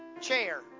chair